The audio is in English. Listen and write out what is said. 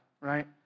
right